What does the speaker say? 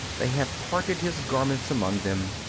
they have parted his garments among them,